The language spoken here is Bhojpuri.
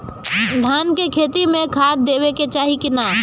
धान के खेती मे खाद देवे के चाही कि ना?